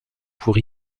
pour